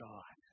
God